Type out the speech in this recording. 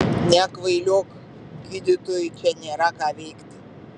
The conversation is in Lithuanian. nekvailiok gydytojui čia nėra ką veikti